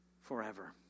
forever